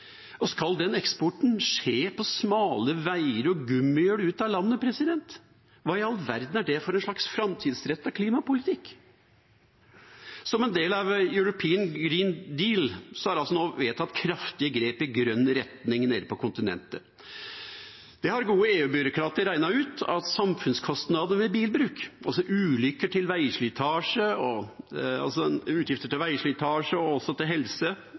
Skal den eksporten skje på smale veier og gummihjul ut av landet? Hva i all verden er det for slags framtidsrettet klimapolitikk? Som en del av European Green Deal er det nå vedtatt kraftige grep i grønn retning nede på kontinentet. Der har gode EU-byråkrater regnet ut at samfunnskostnadene ved bilbruk – altså alt fra ulykker til utgifter i forbindelse med veislitasje og